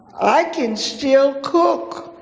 i can still cook